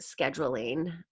scheduling